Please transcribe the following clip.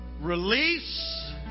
Release